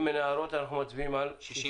אם אין הערות, אנחנו מצביעים על סעיף